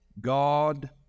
God